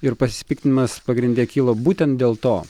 ir pasipiktinimas pagrinde kyla būtent dėl to